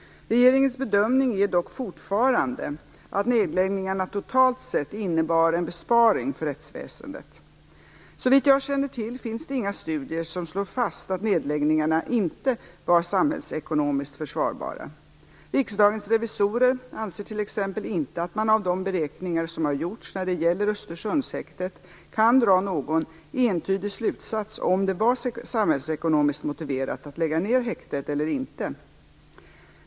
Regeringens bedömning är dock fortfarande att nedläggningarna totalt sett innebar en besparing för rättsväsendet. Såvitt jag känner till finns det inga studier som slår fast att nedläggningarna inte var samhällsekonomiskt försvarbara. Riksdagens revisorer anser t.ex. inte att man av de beräkningar som har gjorts när det gäller Östersundshäktet kan dra någon entydig slutsats om det var samhällsekonomiskt motiverat att lägga ned häktet eller inte.